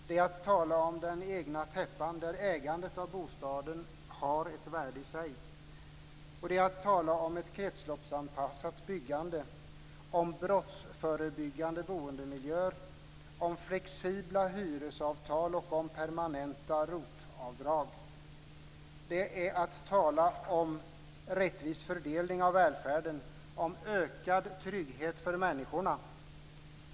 Det är att tala om den egna täppan där ägandet av bostaden har ett värde i sig. Det är att tala om ett kretsloppsanpassat byggande, om brottsförebyggande boendemiljöer, om flexibla hyresavtal och om permanenta ROT-avdrag. Det är att tala om rättvis fördelning av välfärden och om ökad trygghet för människorna.